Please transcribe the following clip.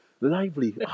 lively